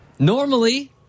Normally